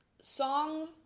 song